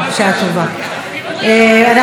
התשע"ח 2018,